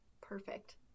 perfect